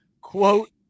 Quote